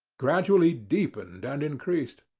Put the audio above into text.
gradually deepened and increased.